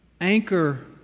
Anchor